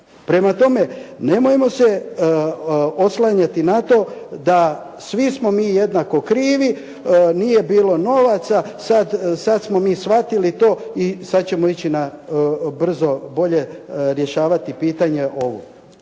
Prema tome, nemojmo se oslanjati nato da svi smo mi jednako krivi, nije bilo novaca, sada smo mi shvatili to i sada ćemo doći brzo bolje rješavati pitanje ovo.